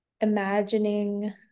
imagining